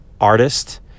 artist